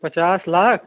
पचास लाख